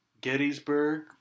Gettysburg